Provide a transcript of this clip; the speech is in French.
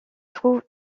trouve